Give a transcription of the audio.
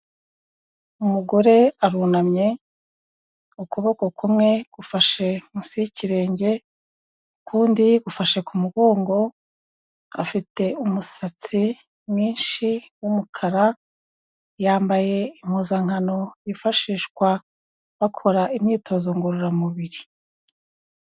Umugore arunamye ukuboko kumwe gufashe munsi y'ikirenge, ukundi gufashe ku mugongo, afite umusatsi mwinshi w'umukara, yambaye impuzankano yifashishwa bakora imyitozo ngororamubiri.